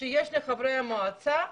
שיש לחברי המועצה,